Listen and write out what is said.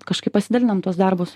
kažkaip pasidalinam tuos darbus